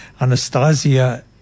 Anastasia